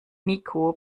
niko